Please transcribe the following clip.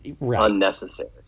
unnecessary